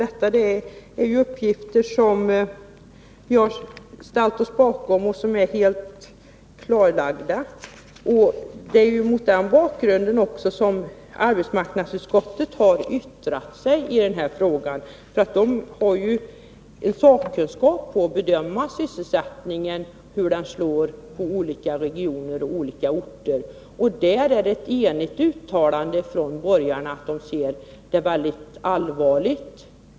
Detta är uppgifter som vi har ställt oss bakom och som är helt klarlagda. Det är också mot den bakgrunden som arbetsmarknadsutskottet har yttrat sig i denna fråga. Där finns ju en sakkunskap när det gäller att bedöma hur sysselsättningen slår på olika regioner och olika orter. Där är det ett enigt uttalande från borgarna, att de ser detta mycket allvarligt.